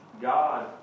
God